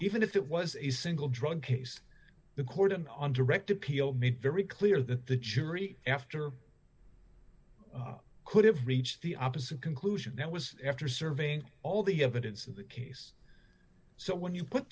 even if it was a single drug case the court in on direct appeal made very clear that the jury after could have reached the opposite conclusion that was after serving all the evidence in the case so when you put